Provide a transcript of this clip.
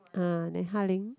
uh then Ha-Ling